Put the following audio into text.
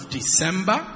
December